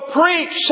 preach